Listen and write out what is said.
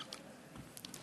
חייהם